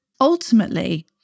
ultimately